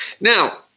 Now